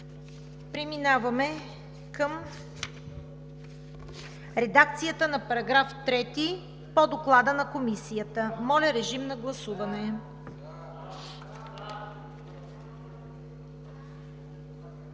Преминаваме към редакцията на § 5 по Доклада на Комисията. Моля, режим на гласуване.